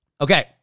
Okay